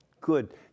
good